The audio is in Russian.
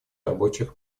рабочих